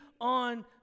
on